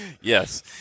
Yes